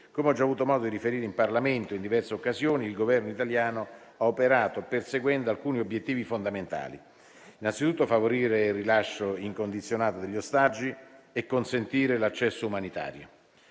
Come ho già avuto modo di riferire in Parlamento in diverse occasioni, il Governo italiano ha operato perseguendo alcuni obiettivi fondamentali: innanzitutto favorire il rilascio incondizionato degli ostaggi e consentire l'accesso umanitario;